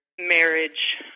marriage